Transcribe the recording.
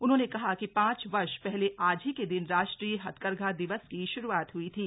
उन्होंने कहा कि पांच वर्ष पहले आज ही के दिन राष्ट्रीय हथकरघा दिवस की शुरूआत हुई थी